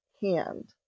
hand